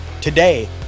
Today